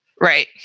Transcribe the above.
Right